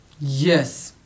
Yes